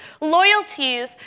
loyalties